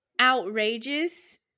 outrageous